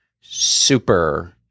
super